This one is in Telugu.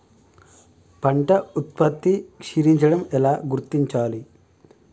పంట ఉత్పత్తి క్షీణించడం ఎలా గుర్తించాలి?